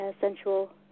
sensual